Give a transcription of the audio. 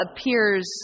appears